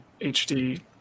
HD